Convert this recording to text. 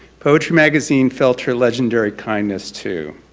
poetry magazine felt her legendary kindness too.